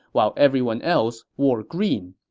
while everyone else wore green.